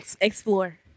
Explore